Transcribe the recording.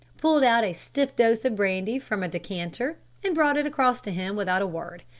poured out a stiff dose of brandy from a decanter and brought it across to him without a word.